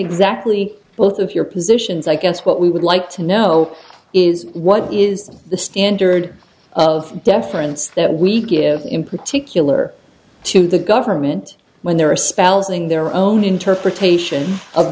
exactly wealth of your positions i guess what we would like to know is what is the standard of deference that we give in particular to the government when there are spells in their own interpretation of